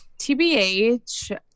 TBH